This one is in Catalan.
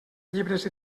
llibres